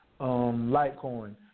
Litecoin